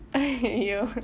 !aiyoyo!